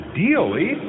Ideally